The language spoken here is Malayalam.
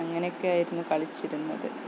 അങ്ങനെയൊക്കെയായിരുന്നു കളിച്ചിരുന്നത്